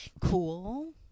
cool